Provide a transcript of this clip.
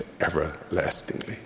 everlastingly